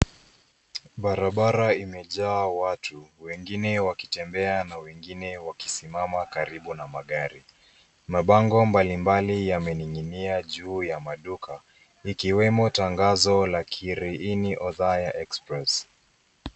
Barabara imejaa watu wengine wakitembea na wengine wakisimama karibu na magari. Mabango mbalimbali yameninginia juu ya maduka ikiwemo tangazo ya KIRIA-INI OTHAYA EXPRESS.